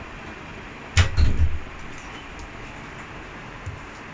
பைதியக்காரன்:paithiyakaaran ya